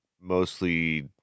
mostly